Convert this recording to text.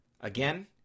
Again